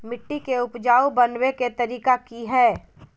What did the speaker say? मिट्टी के उपजाऊ बनबे के तरिका की हेय?